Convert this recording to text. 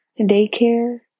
daycare